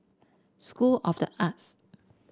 School of the Arts